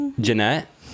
Jeanette